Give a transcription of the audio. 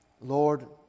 Lord